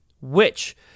which-